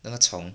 那个虫